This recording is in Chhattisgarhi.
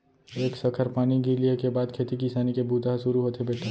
एक सखर पानी गिर लिये के बाद खेती किसानी के बूता ह सुरू होथे बेटा